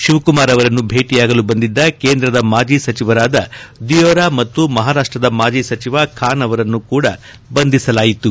ಶಿವಕುಮಾರ್ ಅವರನ್ನು ಭೇಟಿಯಾಗಲು ಬಂದಿದ್ದ ಕೇಂದ್ರದ ಮಾಜಿ ಸಚಿವರಾದ ದಿಯೋರ ಮತ್ತು ಮಹಾರಾಷ್ಟದ ಮಾಜಿ ಸಚಿವ ಖಾನ್ ಅವರನ್ನು ಕೂಡ ಬಂಧಿಸಲಾಯಿತು